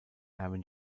erwin